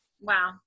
Wow